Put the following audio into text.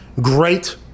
great